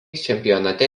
čempionate